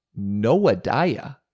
Noadiah